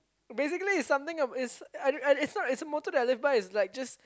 basically it's something about it's I I don't it's a motto that I live by it's like just